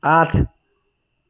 আঠ